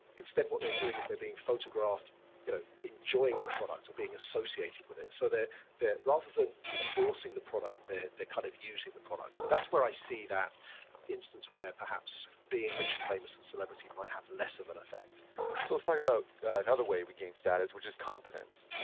instead what they're doing is they're being photographed you know enjoying the product or being associated with it. so rather than endorsing the product, they're they're kind of using the product. so that's where i see that instance where perhaps being rich and famous and celebrity might have less of an effect so let's talk about another way we gain status, which is competence.